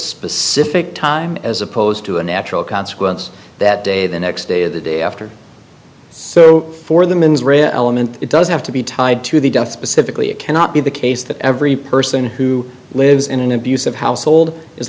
specific time as opposed to a natural consequence that day the next day the day after so for the men's read element it does have to be tied to the death specifically it cannot be the case that every person who lives in an abusive household is